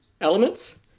elements